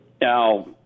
Now